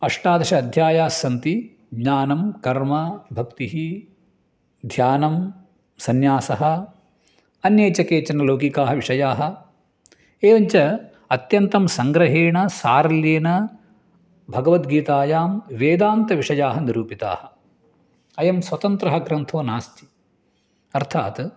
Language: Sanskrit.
अष्टादश अध्यायास्सन्ति ज्ञानं कर्म भक्तिः ध्यानं संन्यासः अन्ये च केचन लौकिकाः विषयाः एवं च अत्यन्तं संग्रहेण सारल्येन भगवद्गीतायां वेदान्तविषयाः निरूपिताः अयं स्वतन्त्रः ग्रन्थो नास्ति अर्थात्